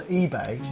eBay